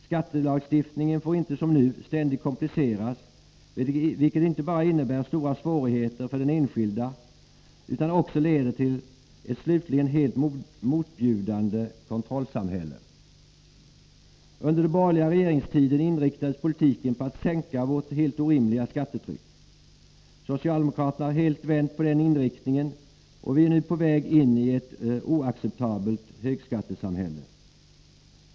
Skattelagstiftningen får inte som nu ständigt kompliceras, vilket inte bara innebär stora svårigheter för den enskilde utan också leder till ett slutligen helt motbjudande kontrollsamhälle. Under den borgerliga regeringstiden inriktades politiken på att sänka vårt helt orimliga skattetryck. Socialdemokraterna har helt vänt på den inriktningen, och vi är nu på väg in i ett oacceptabelt högskattesamhälle.